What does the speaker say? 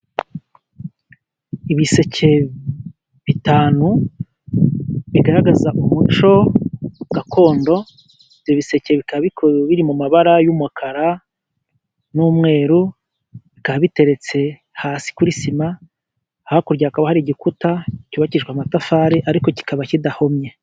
Ibiseke bitanu, bigaragaza umuco gakondo, ibi biseke bikaba biri mu mabara y'umukara, n'umweru, bikaba biteretse hasi kuri sima, hakurya hakaba hari igikuta cyubakshijwe amatafari, ariko kikaba kidahomye.